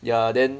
ya then